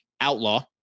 Outlaw